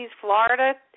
Florida